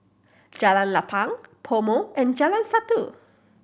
Jalan Lapang PoMo and Jalan Satu